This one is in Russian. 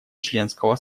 членского